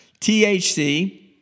THC